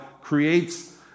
creates